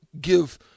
give